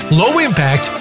low-impact